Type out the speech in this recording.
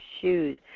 shoes